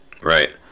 Right